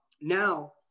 Now